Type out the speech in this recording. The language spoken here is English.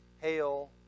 hail